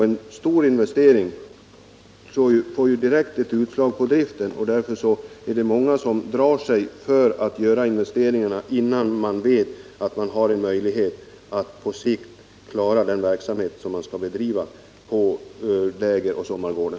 En stor investering får ju direkt utslag på driften. Därför är det många som drar sig för att göra investeringar, innan man vet att man har möjlighet att på sikt klara den verksamhet som man skall bedriva på lägeroch sommargårdar.